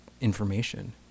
information